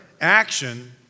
action